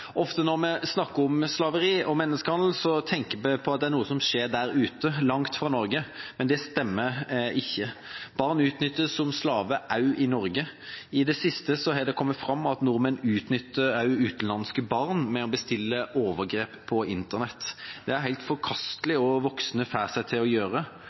Ofte når vi snakker om slaveri og menneskehandel, tenker vi at det er noe som skjer der ute, langt fra Norge. Det stemmer ikke. Barn utnyttes som slaver også i Norge. I det siste har det kommet fram at nordmenn utnytter utenlandske barn ved å bestille overgrep på internett. Det er helt forkastelig hva voksne får seg til å gjøre.